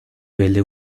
vele